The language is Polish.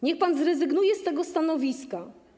Niech pan zrezygnuje z tego stanowiska.